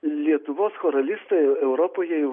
lietuvos choralistai europoje jau